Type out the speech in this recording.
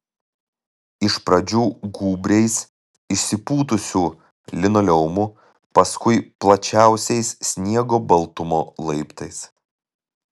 iš pradžių gūbriais išsipūtusiu linoleumu paskui plačiausiais sniego baltumo laiptais